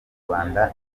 rwanda